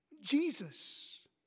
Jesus